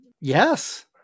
Yes